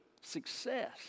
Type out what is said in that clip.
success